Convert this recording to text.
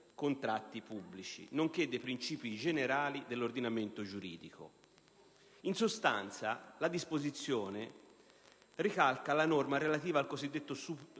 contratti pubblici nonché dei princìpi generali dell'ordinamento giuridico. In sostanza, la disposizione ricalca la norma relativa al cosiddetto